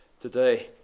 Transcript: today